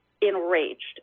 enraged